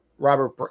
Robert